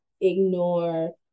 ignore